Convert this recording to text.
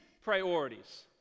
priorities